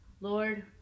lord